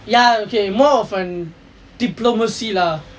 ya okay more of a diplomacy lah